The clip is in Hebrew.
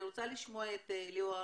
אני רוצה לשמוע את לי-אור